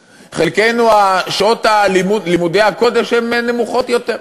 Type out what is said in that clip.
חלקנו, שעות לימודי הקודש הן מועטות יותר.